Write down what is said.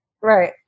Right